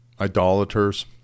idolaters